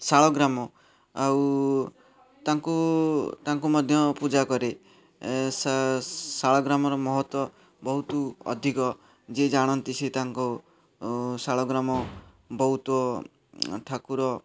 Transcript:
ଶାଳଗ୍ରାମ ଆଉ ତାଙ୍କୁ ତାଙ୍କୁ ମଧ୍ୟ ପୁଜା କରେ ଶାଳଗ୍ରାମର ମହତ୍ତ୍ୱ ବହୁତ ଅଧିକ ଯିଏ ଜାଣନ୍ତି ସେ ତାଙ୍କ ଶାଳଗ୍ରାମ ବହୁତ ଠାକୁର